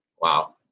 wow